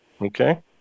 Okay